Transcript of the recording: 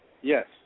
Yes